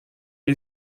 que